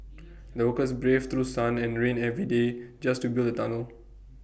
the workers braved through sun and rain every day just to build the tunnel